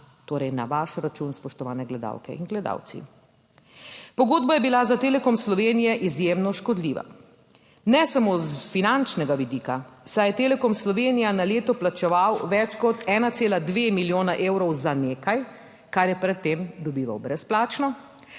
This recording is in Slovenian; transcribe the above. torej na vaš račun, spoštovane gledalke in gledalci. Pogodba je bila za Telekom Slovenije izjemno škodljiva, ne samo s finančnega vidika, saj je Telekom Slovenija na leto plačeval več kot 1,2 milijona evrov za nekaj, kar je pred tem dobival brezplačno,